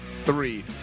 three